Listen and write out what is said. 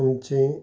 तुमचें